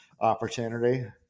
opportunity